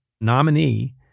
nominee